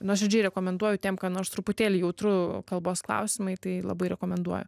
nuoširdžiai rekomenduoju tiem kam nors truputėlį jautru kalbos klausimai tai labai rekomenduoju